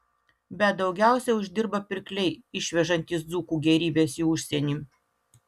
bet daugiausiai uždirba pirkliai išvežantys dzūkų gėrybes į užsienį